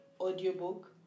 audiobook